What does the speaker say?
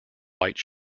white